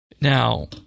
now